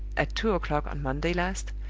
at two o'clock on monday last,